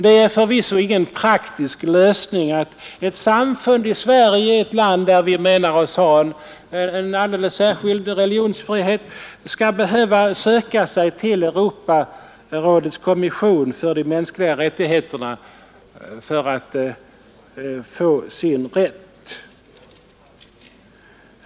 Det är förvisso ingen praktisk lösning att ett samfund i Sverige, ett land där vi menar oss ha en alldeles särskild religionsfrihet, skall behöva söka sig till Europarådets kommission för de mänskliga rättigheterna för att få sin rätt.